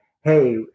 Hey